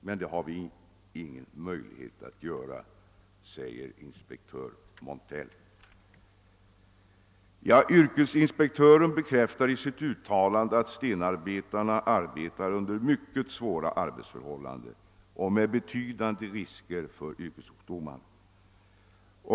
Men det har vi ingen möjlighet att göra.» Yrkesinspektören bekräftar i sitt uttalande att stenarbetarna arbetar under mycket svåra arbetsförhållanden med betydande risker för yrkessjukdomar.